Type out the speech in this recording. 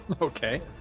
Okay